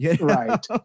right